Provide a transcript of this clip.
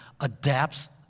adapts